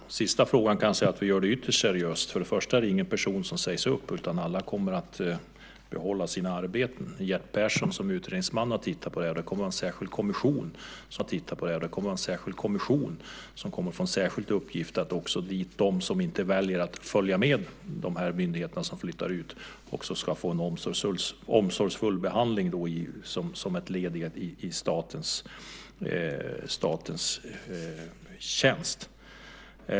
Herr talman! När det gäller den sista frågan kan jag säga att vi gör det på ett ytterst seriöst sätt. Först och främst är det ingen som sägs upp, utan alla kommer att behålla sina arbeten. Utredningsmannen Gert Persson har tittat på detta, och det kommer att finnas en särskild kommission som får i uppgift att särskilt titta på dem som väljer att inte följa med de myndigheter som flyttar ut, för att också de ska få en omsorgsfull behandling som ett led i statens tjänst.